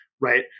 right